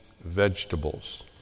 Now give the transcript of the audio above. vegetables